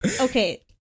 Okay